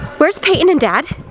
where's payton and dad?